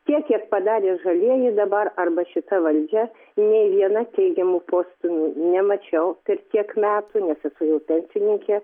tiek kiek padarė žalieji dabar arba šita valdžia nei viena teigiamų postūmių nemačiau per tiek metų nes esu jau pensininkė